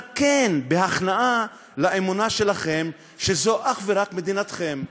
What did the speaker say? "כן" בהכנעה לאמונה שלכם שזאת אך ורק מדינתכם.